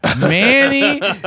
Manny